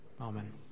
Amen